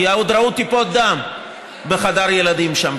כי עוד ראו טיפות דם בחדר הילדים שם,